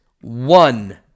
one